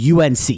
UNC